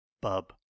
bub